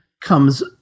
comes